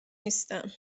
نیستم